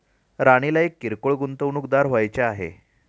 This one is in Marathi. राणीला एक किरकोळ गुंतवणूकदार व्हायचे आहे